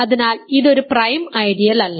അതിനാൽ ഇത് ഒരു പ്രൈം ഐഡിയൽ അല്ല